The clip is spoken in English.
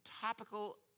topical